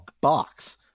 box